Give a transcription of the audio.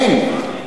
אין.